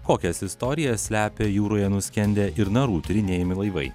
kokias istorijas slepia jūroje nuskendę ir narų tyrinėjami laivai